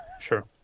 sure